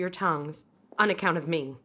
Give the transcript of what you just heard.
your tongues on account of me